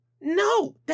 No